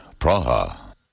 Praha